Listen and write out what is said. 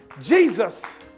Jesus